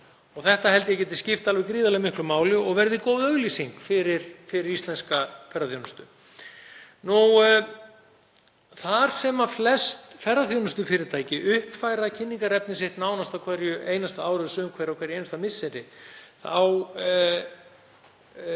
Þetta held ég að geti skipt alveg gríðarlega miklu máli og verði góð auglýsing fyrir íslenska ferðaþjónustu. Þar sem flest ferðaþjónustufyrirtæki uppfæra kynningarefni sitt nánast á hverju einasta ári, sum hver á hverju einasta misseri, má